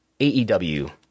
AEW